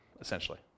essentially